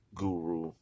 guru